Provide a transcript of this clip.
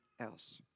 else